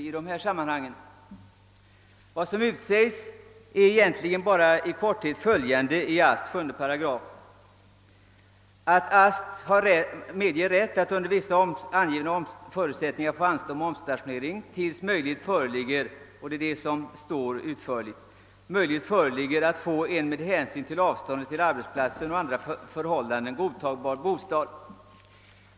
Vad som utsägs i 7 8 AST är egentligen bara att man medges rätt att under vissa angivna förutsättningar få anstå med omstationering tills möjlighet föreligger — det är detta som anges utförligt — att få en med hänsyn till avståndet till arbetsplatsen och andra förhållanden godtagbar bostad.